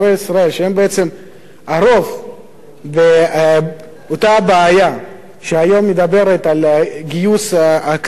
שהם בעצם הרוב באותה הבעיה שהיום מדברת על גיוס כללי,